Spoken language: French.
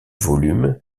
volume